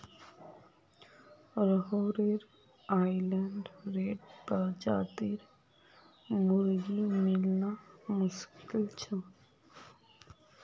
Rhode Island red प्रजातिर मुर्गी मिलना मुश्किल छ